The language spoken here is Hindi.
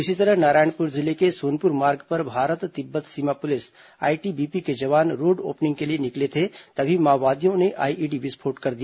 इसी तरह नारायणपुर जिले के सोनपुर मार्ग पर भारत तिब्बत सीमा पुलिस आईटीबीपी के जवान रोड ओपनिंग के लिए निकले थे तभी माओवादियों ने आईईडी विस्फोट कर दिया